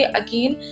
again